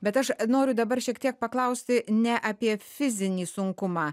bet aš noriu dabar šiek tiek paklausti ne apie fizinį sunkumą